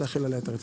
להחיל עליה רציפות.